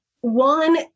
one